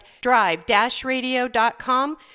drive-radio.com